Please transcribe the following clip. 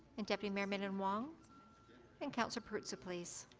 and deputy mayor minnan-wong and councillor perruzza, please.